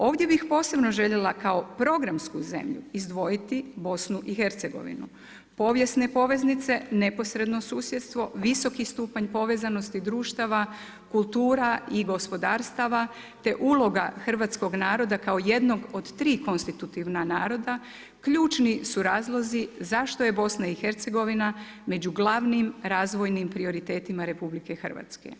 Ovdje bi posebno željela kao programsku zemlju izdvojiti BIH, povijesne poveznice, neposredno susjedstvo, visoki stupanj povezanosti društava, kultura i gospodarstava, te uloga hrvatskog naroda kao jednog od 3 konstitutivna naroda, ključni su razlozi zašto je BIH među glavnim razvojnim prioritetima RH.